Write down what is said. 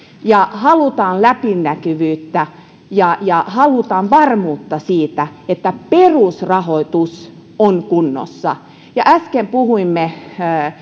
ja halutaan läpinäkyvyyttä ja ja halutaan varmuutta siitä että perusrahoitus on kunnossa äsken puhuimme